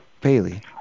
Bailey